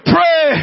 Pray